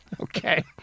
Okay